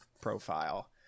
profile